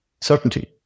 certainty